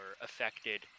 affected